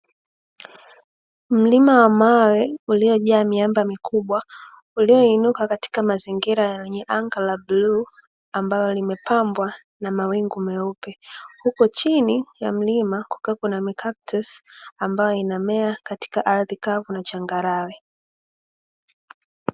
Mlima wa mawe uliojaa miamba mikubwa ulioinuka katika mazingira, yenye anga la blue ambalo limepambwa na mawingu meupe huko chini ya mlima kuwepo na mikactus ambayo inamea katika ardhi kavu na changarawe.